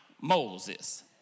moses